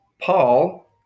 Paul